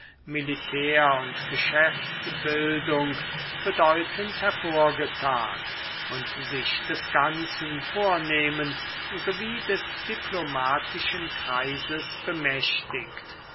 militär und geschäftsbildung bedeutend hervorgetan und sich des ganzen vornehmen sowie des diplomatischen kreises bemächtigt